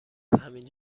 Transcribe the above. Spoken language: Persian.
همین